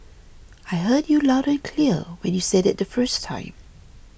I heard you loud and clear when you said it the first time